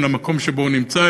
מן המקום שבו הוא נמצא,